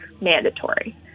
mandatory